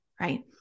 right